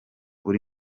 uri